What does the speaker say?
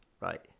right